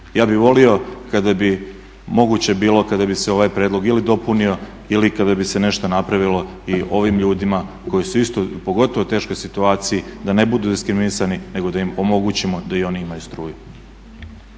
Ja bih volio kada bi moguće bilo kada bi se ovaj predlog ili dopunio ili kada bi se nešto napravilo i ovim ljudima koji su isto pogotovo u teškoj situaciji da ne budu diskriminisani, nego da im omogućimo da i oni imaju struju.